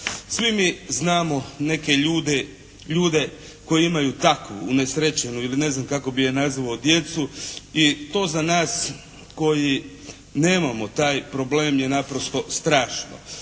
Svi mi znamo neke ljude koji imaju takvu unesrećenu ili ne znam kako bi je nazvao djecu, i to za nas koji nemamo taj problem je naprosto strašno.